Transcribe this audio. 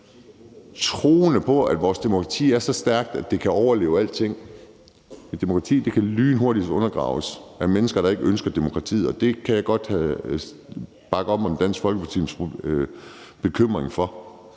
meget på, at vores demokrati er så stærkt, at det kan overleve alting. Et demokrati kan lynhurtigt undergraves af mennesker, der ikke ønsker demokratiet, og det kan jeg godt bakke op om Dansk Folkepartis bekymring for.